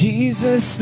Jesus